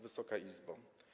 Wysoka Izbo!